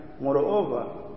Moreover